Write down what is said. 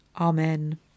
Amen